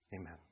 Amen